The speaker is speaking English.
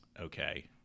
okay